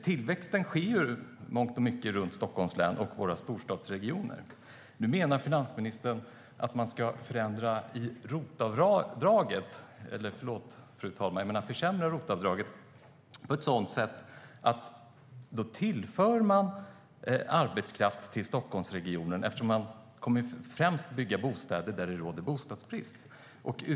Tillväxten sker i mångt och mycket i Stockholms län och i våra övriga storstadsregioner. Nu menar finansministern att ROT-avdraget ska försämras på ett sådant sätt att arbetskraft tillförs Stockholmsregionen. Det kommer nämligen att främst byggas bostäder där det råder bostadsbrist.